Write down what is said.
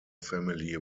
family